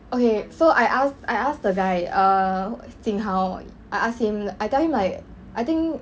okay so I asked I ask the guy err jing hao I asked him I tell him like I think